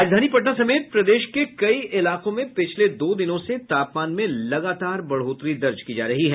राजधानी पटना समेत प्रदेश के कई इलाकें में पिछले दो दिनों से तापमान में लगातार बढ़ोतरी दर्ज की जा रही है